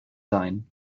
sein